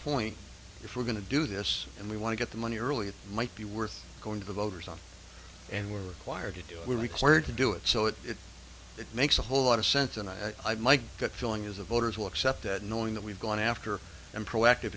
point if we're going to do this and we want to get the money early it might be worth going to the voters on and we're required to do it we're required to do it so if it it makes a whole lot of sense and i my gut feeling is the voters will accept that knowing that we've gone after them pro active